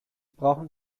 brauchen